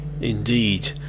indeed